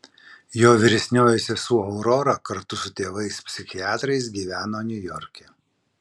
jo vyresnioji sesuo aurora kartu su tėvais psichiatrais gyveno niujorke